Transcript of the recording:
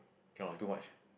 cannot too much